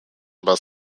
about